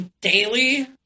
daily